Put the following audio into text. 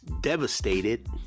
devastated